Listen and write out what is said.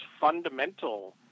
fundamental